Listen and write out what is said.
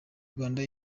rwanda